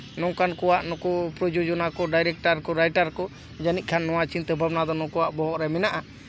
ᱱᱚᱝᱠᱟᱱ ᱠᱚᱣᱟᱜ ᱱᱩᱠᱩ ᱯᱨᱳᱡᱳᱡᱚᱱᱟ ᱠᱚ ᱰᱟᱭᱨᱮᱠᱴᱟᱨ ᱠᱚ ᱡᱟᱹᱱᱤᱡ ᱠᱷᱟᱱ ᱱᱚᱣᱟ ᱪᱤᱱᱛᱟᱹ ᱵᱷᱟᱵᱽᱱᱟ ᱫᱚ ᱱᱩᱠᱩᱣᱟᱜ ᱵᱚᱦᱚᱜ ᱨᱮ ᱢᱮᱱᱟᱜᱼᱟ